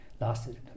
Lasted